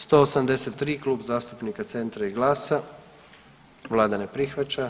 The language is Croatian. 183, Klub zastupnika Centra i GLAS-a, Vlada ne prihvaća.